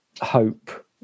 hope